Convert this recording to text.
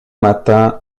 matin